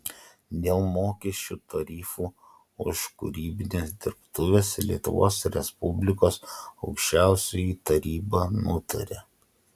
dėl mokesčių tarifų už kūrybines dirbtuves lietuvos respublikos aukščiausioji taryba nutaria